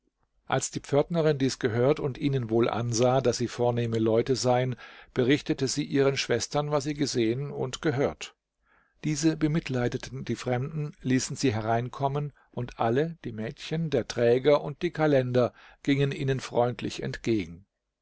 als die pförtnerin dies gehört und ihnen wohl ansah daß sie vornehme leute seien berichtete sie ihren schwestern was sie gesehen und gehört diese bemitleideten die fremden ließen sie hereinkommen und alle die mädchen der träger und die kalender gingen ihnen freundlich entgegen